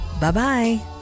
bye-bye